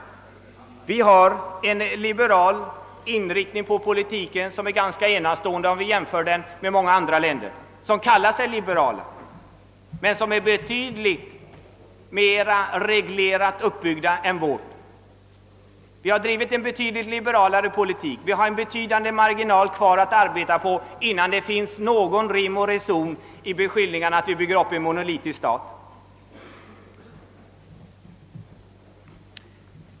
Vår politik har en liberal inriktning som är ganska enastående, om man jämför den med många andra länders, som kallar sig liberala men vilkas politik är betydligt mer reglerad än vår. Vi har en betydande marginal kvar att arbeta på innan det finns någon rim och reson i beskyllningarna att vi bygger upp en monolitisk stat.